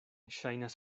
ŝajnas